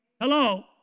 Hello